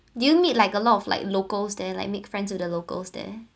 do you meet like a lot of like locals there like make friends with the locals there